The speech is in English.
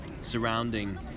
surrounding